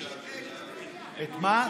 את מה?